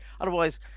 Otherwise